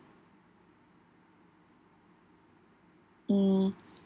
mm